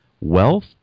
Wealth